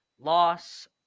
loss